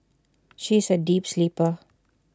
she is A deep sleeper